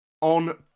on